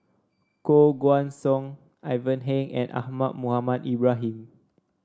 Koh Guan Song Ivan Heng and Ahmad Mohamed Ibrahim